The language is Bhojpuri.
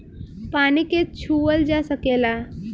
पानी के छूअल जा सकेला